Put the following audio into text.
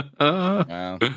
Wow